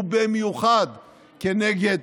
ובמיוחד כנגד